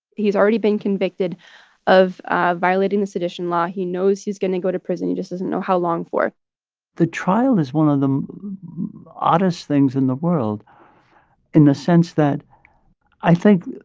he's already been convicted of ah violating the sedition law. he knows he's going to go to prison he just doesn't know how long for the trial is one of the oddest things in the world in the sense that i think